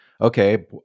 okay